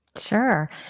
Sure